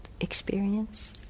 experience